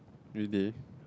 really